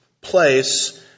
place